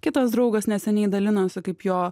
kitas draugas neseniai dalinosi kaip jo